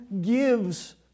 gives